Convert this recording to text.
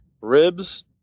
ribs